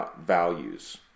values